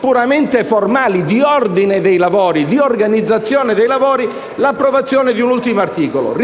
puramente formali, di ordine e organizzazione dei lavori, l'approvazione di un ultimo articolo.